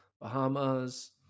Bahamas